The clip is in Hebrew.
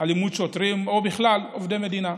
אלימות שוטרים או בכלל עובדי מדינה.